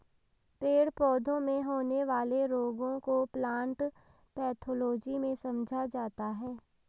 पेड़ पौधों में होने वाले रोगों को प्लांट पैथोलॉजी में समझा जाता है